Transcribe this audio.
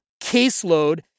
caseload